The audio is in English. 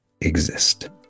exist